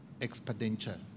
expenditure